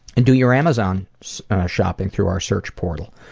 and do your amazon shopping through our search portal.